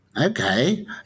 okay